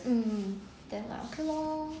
mm then like okay lor